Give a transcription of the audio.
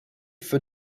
feu